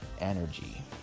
energy